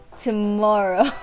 Tomorrow